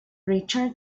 return